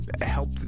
help